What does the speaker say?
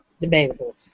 Debatable